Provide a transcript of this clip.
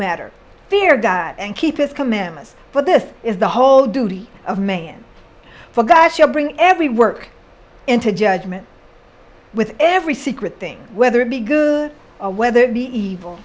matter fear die and keep his commandments for this is the whole duty of man for gosh you bring every work into judgment with every secret thing whether it be good or whether it be evil